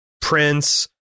prince